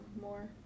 more